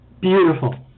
Beautiful